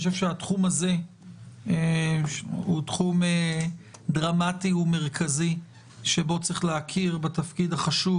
התחום הזה הוא תחום דרמטי ומרכזי שבו צריך להכיר בתפקיד החשוב